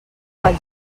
pel